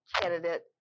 candidate